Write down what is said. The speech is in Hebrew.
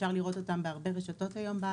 אפשר לראות אותן בהרבה רשתות היום בארץ.